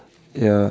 ya